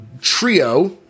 trio